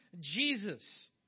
Jesus